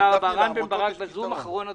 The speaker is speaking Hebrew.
רם בן ברק בזום, אחרון הדוברים.